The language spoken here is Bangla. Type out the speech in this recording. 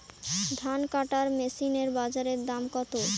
ধান কাটার মেশিন এর বাজারে দাম কতো?